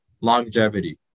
longevity